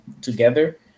together